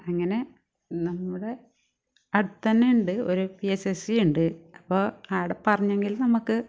അങ്ങനെ നമ്മുടെ അടുത്തുതന്നെ ഉണ്ട് ഒരു പി എസ് എസ് സി ഉണ്ട് അപ്പം അവിടെ പറഞ്ഞെങ്കിൽ നമുക്ക്